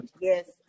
yes